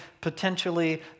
potentially